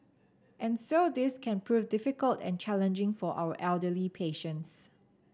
and so this can prove difficult and challenging for our elderly patients